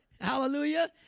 Hallelujah